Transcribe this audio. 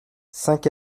cinq